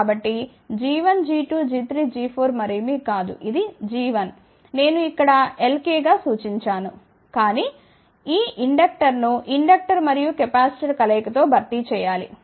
కాబట్టి g1g2g3g4మరేమి కాదు ఇదిg1 నేను ఇక్కడLkగా సూచించాను కానీ ఈ ఇండక్టర్ను ఇండక్టర్ మరియు కెపాసిటర్ కలయిక తో భర్తీ చేయాలి